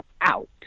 out